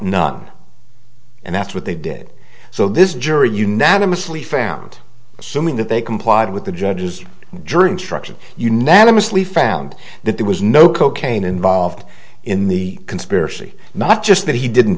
not and that's what they did so this jury unanimously found assuming that they complied with the judge's structure unanimously found that there was no cocaine involved in the conspiracy not just that he didn't